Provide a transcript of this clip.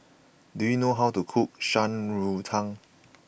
do you know how to cook Shan Rui Tang